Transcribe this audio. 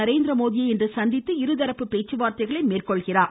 நரேந்திரமோடியை சந்தித்து இருதரப்பு பேச்சுவார்த்தைகளை மேற்கொள்கிறார்